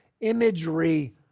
imagery